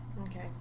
Okay